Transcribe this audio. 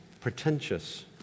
pretentious